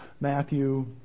Matthew